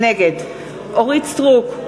נגד אורית סטרוק,